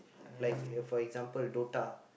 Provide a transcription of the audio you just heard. like for example Dota